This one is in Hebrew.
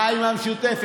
אה, עם המשותפת.